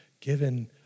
given